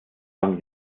san